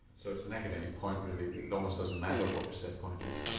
so it's an academic point really, it almost doesn't matter what your set point is?